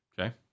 Okay